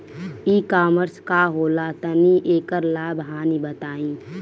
ई कॉमर्स का होला तनि एकर लाभ हानि बताई?